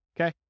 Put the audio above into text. okay